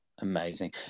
Amazing